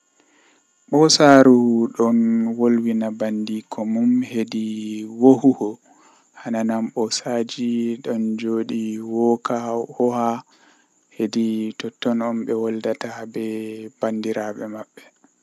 Tomi lori baawo ɗuuɓi hamsin mi daran mi yecca be dow ɗobe duɓiiji warande ndandanda ko fe'ata, Ngamman ndikka be Dara kala ko milari banda damuwa haa yeso pat mi yecca ɓe ndikka ɓe waɗa ni taawaɗe ni ngam to on waɗi ni ɗo be wakkati kaza wawan warta huunde feere.